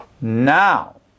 Now